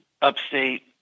Upstate